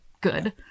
good